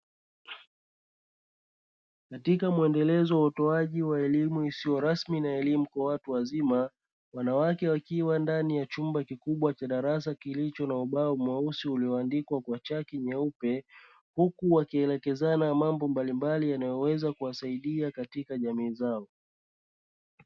Katika muendelezo wa utoaji wa elimu isio rasmi na elimu kwa watu wazima, wanawake wakiwa ndani ya chumba kikubwa cha darasa kilicho na ubao mweusi ulioandikwa kwa chaki nyeupe huku wakielekezana mambo mbalimbali yanayoweza kuwasaidia katika jamii zao.